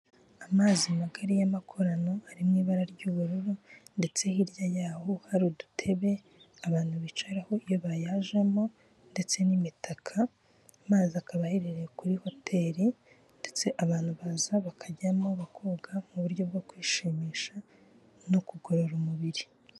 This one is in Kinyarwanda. Amazi magari y'amakorano ari mu ibara ry'ubururu, ndetse hirya yaho hari udutebe abantu bicaraho iyo bayajemo ndetse n'imitaka, amazi akaba aherereye kuri hoteri, ndetse abantu baza bakajyamo bakoga mu buryo bwo kwishimisha no kugorora umubiri.